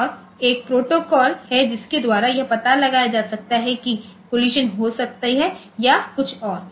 और एक प्रोटोकॉल है जिसके द्वारा यह पता लगाया जाएगा कि कोलिशन हो सकती है या कुछ और